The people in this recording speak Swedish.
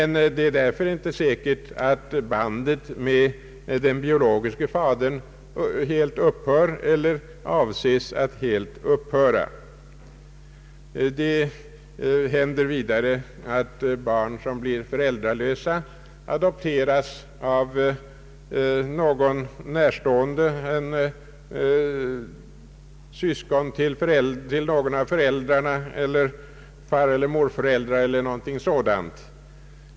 Men det är därför inte säkert att bandet med den biologiske fadern avses att helt upphöra. Det händer vidare att barn som blir föräldralösa adopteras av någon närstående — av syskon till någon av föräldrarna, eller av fareller morföräldrar osv.